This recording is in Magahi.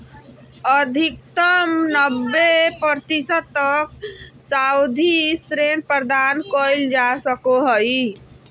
अधिकतम नब्बे प्रतिशत तक सावधि ऋण प्रदान कइल जा सको हइ